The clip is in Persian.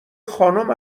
خانم